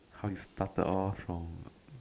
how you started off from